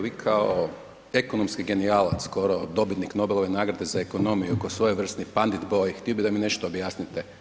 Vi kao ekonomski genijalac skoro dobitnik Nobelove nagrade za ekonomiju, ko svojevrsni Pandit boy htio bih da mi nešto objasnite.